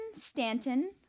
Stanton